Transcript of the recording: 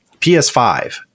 PS5